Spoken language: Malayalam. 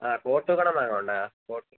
ആ കോട്ടുകട മാങ്ങ ഉണ്ടോ